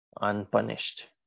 unpunished